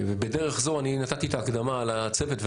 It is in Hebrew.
אני נתתי את ההקדמה לגבי הצוות.